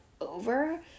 over